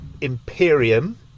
imperium